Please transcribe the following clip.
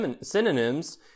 synonyms